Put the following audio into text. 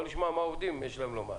נשמע מה לעבדים יש לומר.